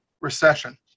recession